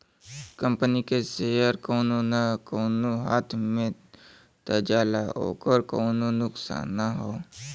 company के share कउनो न कउनो हाथ मे त जाला ओकर कउनो नुकसान ना हौ